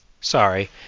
Sorry